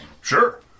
Sure